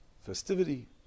festivity